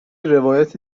روایت